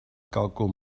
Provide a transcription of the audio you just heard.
càlcul